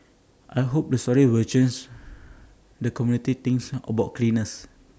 I hope the story will chance the community thinks about cleaners